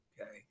okay